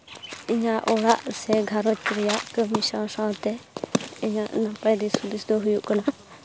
ᱤᱧᱟᱹᱜ ᱚᱲᱟᱜ ᱥᱮ ᱜᱷᱟᱨᱚᱸᱡᱽ ᱨᱮᱭᱟᱜ ᱠᱟᱹᱢᱤ ᱥᱟᱶ ᱥᱟᱶᱛᱮ ᱤᱧᱟᱹᱜ ᱱᱟᱯᱟᱭ ᱫᱤᱥᱼᱦᱩᱫᱤᱥ ᱫᱚ ᱦᱩᱭᱩᱜ ᱠᱟᱱᱟ